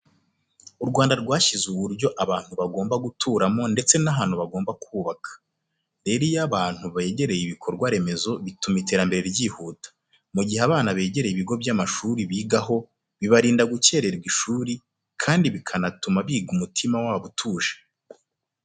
U Rwanda rwashyizeho uburyo abantu bagomba guturamo ndetse n'ahantu bagomba kubaka. Rero iyo abantu begereye ibikorwa remezo bituma iterambere ryihuta. Mu gihe abana begereye ibigo by'amashuri bigaho bibarinda gukerererwa ishuri kandi bikanatuma biga umutima wabo utuje.